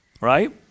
right